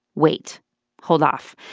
wait hold off.